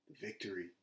victory